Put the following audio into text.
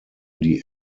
die